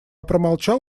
промолчал